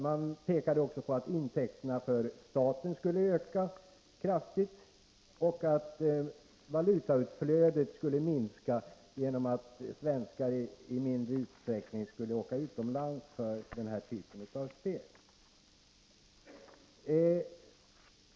Man pekade också på att intäkterna för staten skulle öka kraftigt och att valutautflödet skulle minska genom att svenskar i mindre utsträckning skulle åka utomlands för den här typen av spel.